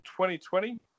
2020